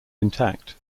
intact